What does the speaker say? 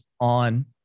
on